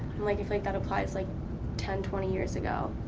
and like, if like that applies, like ten, twenty years ago,